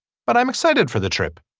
but i'm excited for the trip.